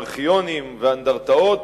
ארכיונים ואנדרטאות.